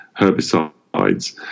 herbicides